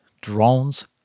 drones